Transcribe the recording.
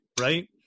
right